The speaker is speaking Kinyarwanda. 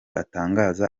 atangaza